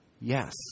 Yes